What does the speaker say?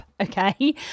okay